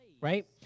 right